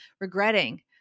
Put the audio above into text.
regretting